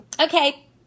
Okay